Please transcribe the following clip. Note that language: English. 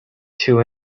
two